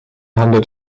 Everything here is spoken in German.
handelt